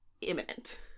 imminent